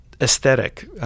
aesthetic